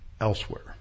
elsewhere